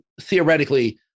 theoretically